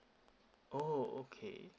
oh okay